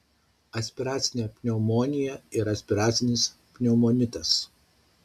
aspiracinė pneumonija ir aspiracinis pneumonitas